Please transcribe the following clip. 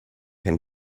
can